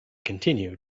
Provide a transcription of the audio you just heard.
continue